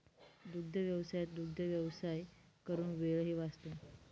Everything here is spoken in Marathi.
दुग्धव्यवसायात दुग्धव्यवसाय करून वेळही वाचतो